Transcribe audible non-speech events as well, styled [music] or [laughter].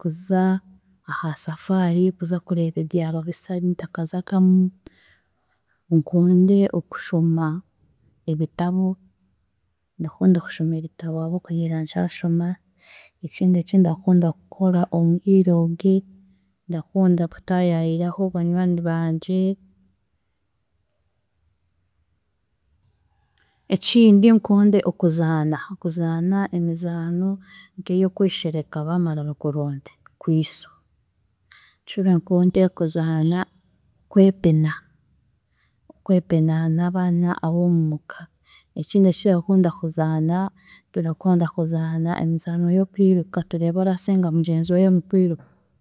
kuza aha safaari, kuza kureeba ebyaro bisa ebintakazagamu, nkunde kushoma ebitabo, ndakunda kushoma ebitabo ahabw'okugira nkyashoma. Ekindi ekindakunda kukora omu bwire obwe, ndakunda kutaayaayiraho banywani bangye, ekindi nkunde okuzaana, okuzaana emizaano nk'ey'okweshereka baamara bakuronde kwiso [unintelligible] kuzaana kwepene, okwepena n'abaana ab'omu ka, ekindi ekindakunda kuzaana, turakunda kuzaana emizaano y'okwiruka tureebe orasinga mugyenzi weeye okwiruka.